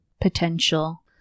potential